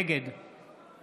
נגד